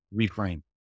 reframe